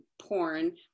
porn